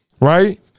Right